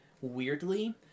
weirdly